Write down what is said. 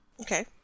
Okay